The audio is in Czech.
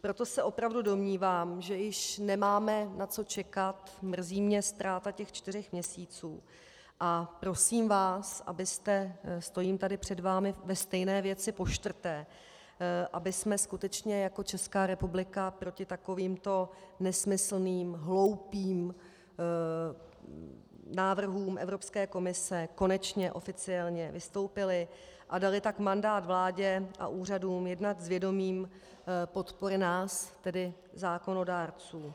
Proto se opravdu domnívám, že již nemáme na co čekat, mrzí mě ztráta těch čtyř měsíců, a prosím vás, abyste stojím tady před vámi ve stejné věci počtvrté abychom skutečně jako Česká republika proti takovýmto nesmyslným, hloupým návrhům Evropské komise konečně oficiálně vystoupili a dali tak mandát vládě a úřadům jednat s vědomím podpory nás, tedy zákonodárců.